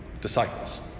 disciples